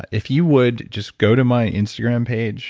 if you would just go to my instagram page